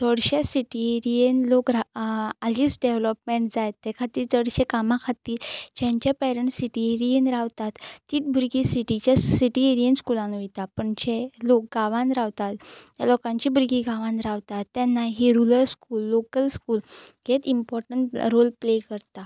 चडशे सिटी एरियेन लोक हालींच डॅवलॉपमँट जाय ते खातीर चडशे कामा खातीर जेंचे पॅरंट्स सिटी एरियेन रावतात तींच भुरगीं सिटीच्या सिटी एरियेन स्कुलान वयता पण जे लोक गांवांत रावतात लोकांची भुरगीं गांवान रावतात तेन्नाय हीं रुरल स्कूल लोकल स्कूल हेच इमपॉर्टंट रोल प्ले करता